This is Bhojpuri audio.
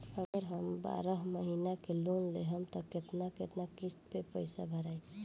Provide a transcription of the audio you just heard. अगर हम बारह महिना के लोन लेहेम त केतना केतना किस्त मे पैसा भराई?